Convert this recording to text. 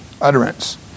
utterance